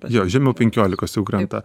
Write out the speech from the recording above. jo žemiau penkiolikos jau krenta